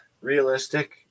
Realistic